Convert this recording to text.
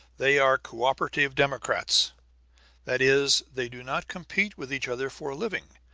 they are cooperative democrats that is, they do not compete with each other for a living,